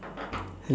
hello